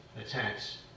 attacks